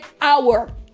hour